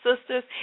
Sisters